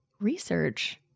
research